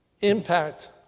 impact